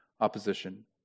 opposition